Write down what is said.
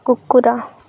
କୁକୁର